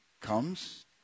comes